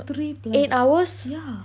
three plus yeah